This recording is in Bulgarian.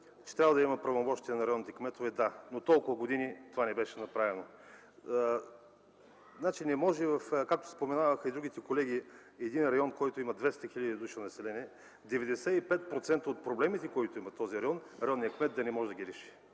че трябва да има правомощие на районните кметове – да. Но толкова години това не беше направено. Не може, както споменаваха и другите колеги, един район, който има 200 хиляди души население, 95% от проблемите, които има този район, районният кмет да не може да ги реши.